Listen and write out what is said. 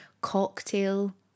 cocktail